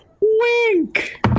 Wink